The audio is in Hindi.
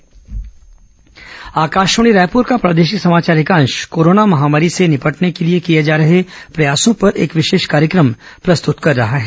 कोरोना विशेष कार्यक्रम आकाशवाणी रायपुर का प्रादेशिक समाचार एकांश कोरोना महामारी से निपटने के लिए किए जा रहे प्रयासों पर एक विशेष कार्यक्रम प्रस्तुत कर रहा है